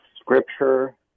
Scripture